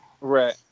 Right